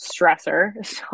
stressor